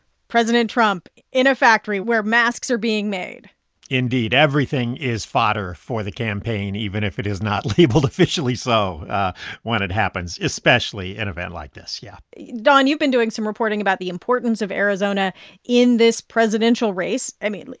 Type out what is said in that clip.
president trump in a factory where masks are being made indeed. everything is fodder for the campaign, even if it is not labeled officially so when it happens, especially an event like this. yeah don, you've been doing some reporting about the importance of arizona in in this presidential race. i mean,